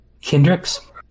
Kendricks